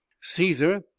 Caesar